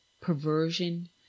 perversion